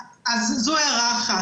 זו הערה אחת.